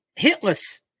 hitless